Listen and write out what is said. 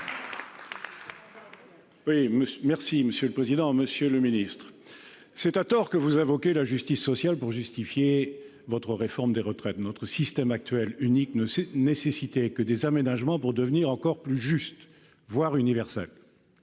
Monsieur le secrétaire d'État, c'est à tort que vous invoquez la justice sociale pour justifier votre réforme des retraites. Notre système actuel unique ne nécessitait que des aménagements pour devenir encore plus juste, voire universel.